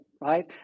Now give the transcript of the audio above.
right